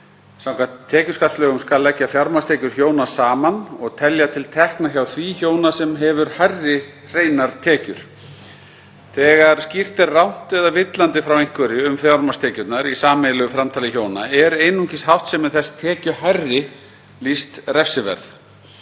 Samkvæmt tekjuskattslögum skal leggja fjármagnstekjur hjóna saman og telja til tekna hjá því hjóna sem hefur hærri hreinar tekjur. Þegar skýrt er rangt eða villandi frá einhverju um fjármagnstekjurnar í sameiginlegu framtali hjóna er einungis háttsemi þess tekjuhærri lýst refsiverð.